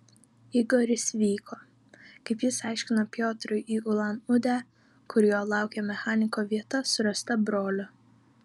igoris vyko kaip jis aiškino piotrui į ulan udę kur jo laukė mechaniko vieta surasta brolio